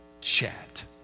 chat